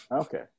Okay